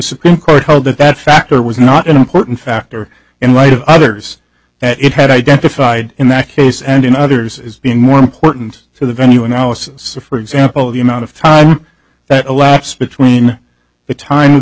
supreme court held that that factor was not an important factor in light of others that it had identified in that case and in others as being more important to the venue analysis of for example the amount of time that elapsed between the time of